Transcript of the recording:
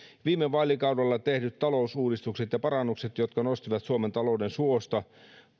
viime vaalikaudella tehdyt talousuudistukset ja parannukset jotka nostivat suomen talouden suosta